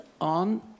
on